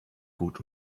gut